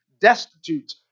destitute